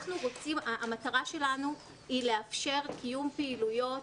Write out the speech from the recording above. המטרה שלנו היא לאפשר קיום פעילויות